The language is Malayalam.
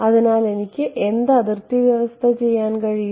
അതിനാൽ എനിക്ക് എന്ത് അതിർത്തി വ്യവസ്ഥ ചെയ്യാൻ കഴിയും